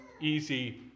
easy